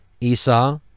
Esau